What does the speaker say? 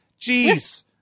Jeez